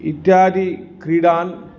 इत्यादि क्रीडान्